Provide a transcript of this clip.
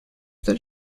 that